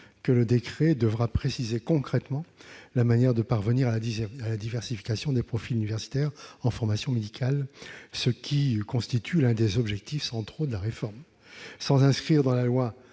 que le décret devra préciser concrètement la manière de parvenir à la diversification des profils universitaires en formation médicale, ce qui constitue l'un des objectifs centraux de la réforme. Cet amendement vise